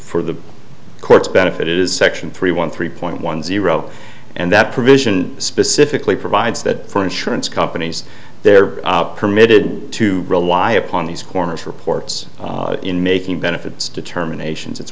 for the court's benefit it is section three one three point one zero and that provision specifically provides that for insurance companies they're permitted to rely upon these coroners reports in making benefits determinations it's